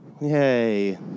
yay